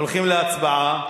הולכים להצבעה.